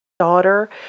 Daughter